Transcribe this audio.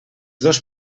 dos